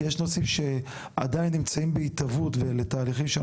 כי יש נושאים שעדיין נמצאים בהתהוות ואלה נושאים שאני